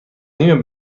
نیم